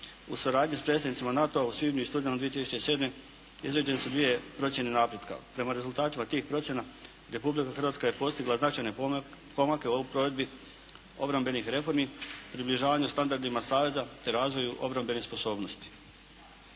U suradnji sa predstavnicima NATO-a u svibnju i studenome 2007. izrađene su dvije procjene napretka. Prema rezultatima tih procjena Republika Hrvatska je postigla značajne pomake u borbi obrambenih reformi, približavanju standardima saveza te razvoju obrambenih sposobnosti.